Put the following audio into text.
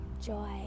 joy